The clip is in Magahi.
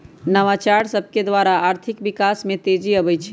नवाचार सभकेद्वारा आर्थिक विकास में तेजी आबइ छै